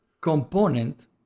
component